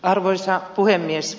arvoisa puhemies